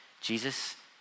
Jesus